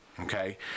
Okay